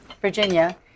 Virginia